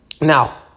Now